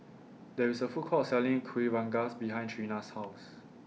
There IS A Food Court Selling Kueh Rengas behind Trina's House